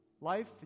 life